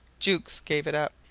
jukes gave it up.